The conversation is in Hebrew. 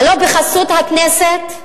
הלוא בחסות הכנסת,